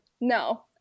No